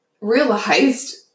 realized